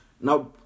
Now